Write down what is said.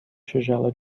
tigela